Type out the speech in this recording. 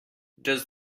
does